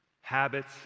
habits